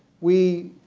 we